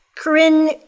Corinne